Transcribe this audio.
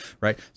right